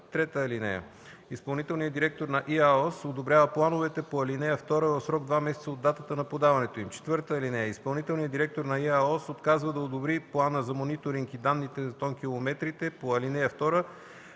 5, т. 1. (3) Изпълнителният директор на ИАОС одобрява плановете по ал. 2 в срок два месеца от датата на подаването им; (4) Изпълнителният директор на ИАОС отказва да одобри плана за мониторинг и данните за тонкилометрите по ал. 2,